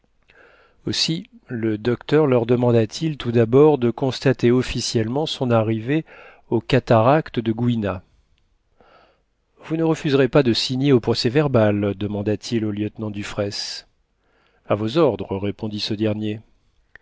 aussi le docteur leur demanda-t-il tout d'abord de constater officiellement son arrivée aux cataractes de gouina vous ne refuserez pas de signer un procès-verbal demanda-t-il au lieutenant dufraisse a vos ordres répondit ce dernier